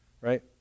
Right